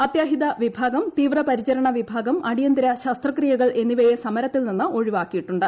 അത്യാഹിത വിഭാഗം തീവ്രപരിചരണ വിഭാഗം അടിയന്തിര ശസ്ത്രക്രിയകൾ എന്നിവയെ സമരത്തിൽ നിന്ന് ഒഴിവാക്കിയിട്ടുണ്ട്